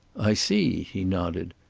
i see, he nodded.